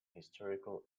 historical